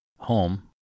Home